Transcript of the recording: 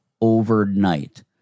overnight